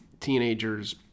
teenager's